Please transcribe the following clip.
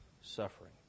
suffering